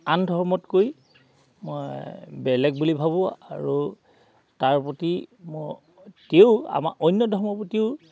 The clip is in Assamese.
আন ধৰ্মতকৈ মই বেলেগ বুলি ভাবোঁ আৰু তাৰ প্ৰতি মোৰ তেওঁ আমাৰ অন্য ধৰ্মৰ প্ৰতিও